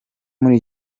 muri